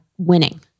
winning